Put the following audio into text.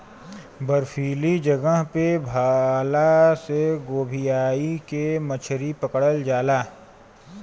बर्फीली जगह पे भाला से गोभीयाई के मछरी पकड़ल जाला